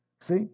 See